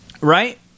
Right